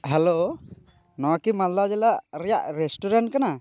hello ᱱᱚᱣᱟ ᱠᱤ ᱢᱟᱞᱫᱟ ᱡᱮᱞᱟ ᱨᱮᱭᱟᱜ ᱨᱮᱥᱴᱩᱨᱮᱱᱴ ᱠᱟᱱᱟ